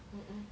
mmhmm